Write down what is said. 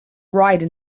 ride